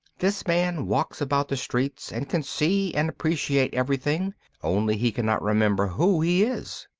this man walks about the streets and can see and appreciate everything only he cannot remember who he is.